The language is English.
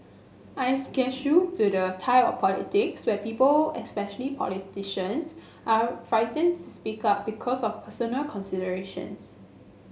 I eschew to the type of politics where people especially politicians are frightened to speak up because of personal considerations